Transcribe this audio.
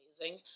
amazing